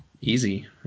easy